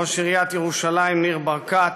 ראש עיריית ירושלים ניר ברקת,